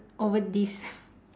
over this